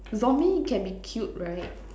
zombie can be killed right